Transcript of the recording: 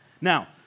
Now